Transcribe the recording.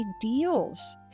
ideals